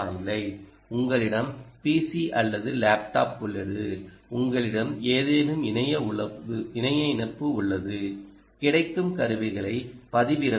உங்களிடம் பிசி அல்லது லேப்டாப் உள்ளது உங்களிடம் ஏதேனும் இணைய இணைப்பு உள்ளது கிடைக்கும் கருவிகளைப் பதிவிறக்கவும்